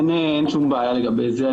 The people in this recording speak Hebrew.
אין שום בעיה לגבי זה.